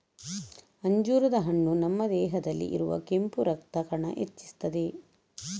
ಅಂಜೂರದ ಹಣ್ಣು ನಮ್ಮ ದೇಹದಲ್ಲಿ ಇರುವ ಕೆಂಪು ರಕ್ತ ಕಣ ಹೆಚ್ಚಿಸ್ತದೆ